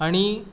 आनी